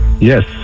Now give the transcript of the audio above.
yes